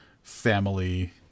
family